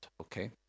Okay